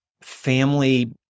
family